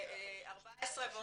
14 ועוד 18,